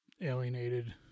alienated